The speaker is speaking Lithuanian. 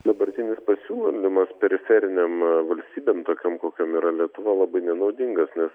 dabartinis pasiūlymas periferinėm valstybėm tokiom kokiom yra lietuva labai nenaudingas nes